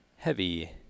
Heavy